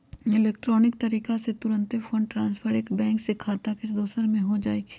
electronic तरीका से तूरंते फंड ट्रांसफर एक बैंक के खता से दोसर में हो जाइ छइ